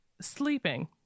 sleeping